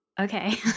Okay